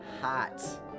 Hot